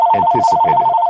anticipated